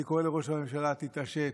אני קורא לראש הממשלה: תתעשת.